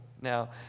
Now